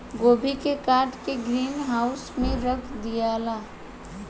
गोभी के काट के ग्रीन हाउस में रख दियाला